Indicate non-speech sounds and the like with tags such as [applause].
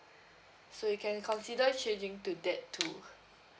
so you can consider changing to that too [noise]